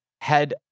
head